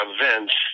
events